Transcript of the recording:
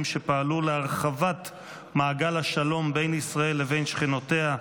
שפעלו להרחבת מעגל השלום בין ישראל לבין שכנותיה,